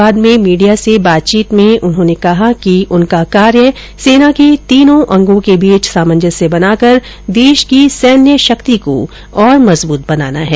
बाद में मीडिया से बातचीत में उन्होंने कहा कि उनका कार्य सेना के तीनों अंगों के बीच सामंजस्य बनाकर देश की सैन्य शक्ति को और मजबूत बनाना है